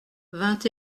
vingt